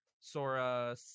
Sora